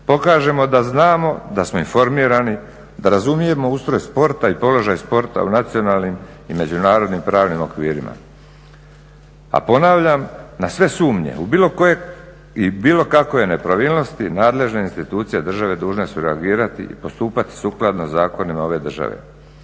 pokažimo da znamo, da smo informirani, da razumijemo ustroj sporta i položaj sporta u nacionalnim i međunarodnim pravnim okvirima. A ponavljam, na sve sumnje, u bilo koje i bilo kakve nepravilnosti nadležne institucije države dužne su reagirati i postupati sukladno zakonima ove države.